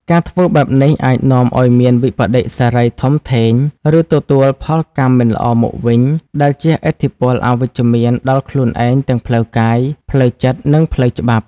ការធ្វើបែបនេះអាចនាំឲ្យមានវិប្បដិសារីធំធេង ឬទទួលផលកម្មមិនល្អមកវិញ ដែលជះឥទ្ធិពលអវិជ្ជមានដល់ខ្លួនឯងទាំងផ្លូវកាយ ផ្លូវចិត្ត និងផ្លូវច្បាប់។